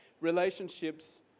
relationships